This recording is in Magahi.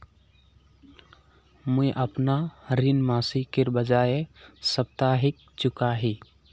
मुईअपना ऋण मासिकेर बजाय साप्ताहिक चुका ही